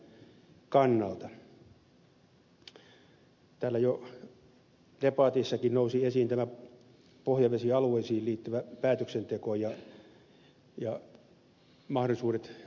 täällä jo debatissakin nousi esiin tämä pohjavesialueisiin liittyvä päätöksenteko ja mahdollisuudet niihin päätöksiin puuttua